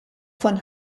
von